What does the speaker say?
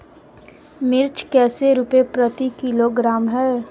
मिर्च कैसे रुपए प्रति किलोग्राम है?